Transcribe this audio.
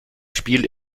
spiel